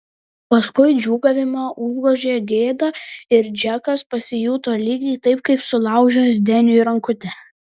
paskui džiūgavimą užgožė gėda ir džekas pasijuto lygiai taip kaip sulaužęs deniui rankutę